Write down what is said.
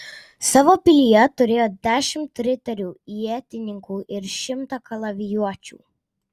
savo pilyje turėjo dešimt riterių ietininkų ir šimtą kalavijuočių